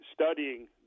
studying